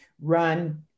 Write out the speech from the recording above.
run